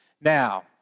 Now